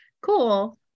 Cool